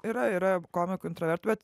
yra komikų intravertų bet